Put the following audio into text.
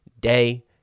day